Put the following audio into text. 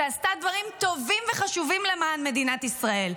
שעשתה דברים טובים וחשובים למען מדינת ישראל.